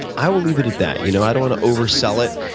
i will leave it at that. you know i don't want to oversell it.